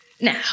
Now